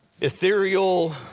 ethereal